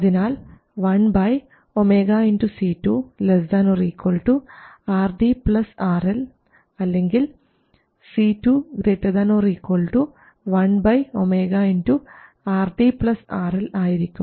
അതിനാൽ 1 ω C2 ≤ RD RL അല്ലെങ്കിൽ C2 ≥ 1 ω RD RL ആയിരിക്കും